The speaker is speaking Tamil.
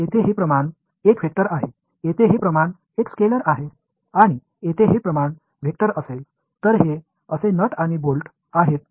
எனவே இங்கே உள்ள இந்த அளவு ஒரு வெக்டர் என்பதை நினைவில் கொள்ளுங்கள் இங்கே உள்ள இந்த அளவு ஒரு ஸ்கேலார் மேலும் இங்குள்ள இந்த அளவு ஒரு வெக்டர் ஆக இருக்கப்போகின்றது